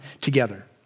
together